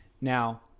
Now